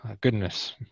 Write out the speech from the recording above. goodness